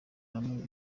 hamwe